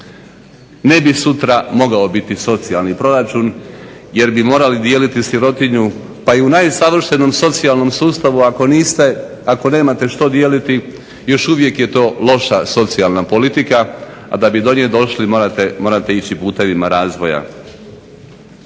ne bi sutra mogao biti socijalni proračun, jer bi morali dijeliti sirotinju, pa i u najsavršenom socijalnom sustavu ako nemate što dijeliti još uvijek je to loša socijalna politika, a da bi do nje došli morate ići putevima razvoja.